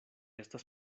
estas